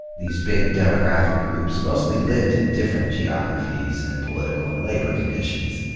these big demographic groups mostly lived in different geographies, and political and labor conditions.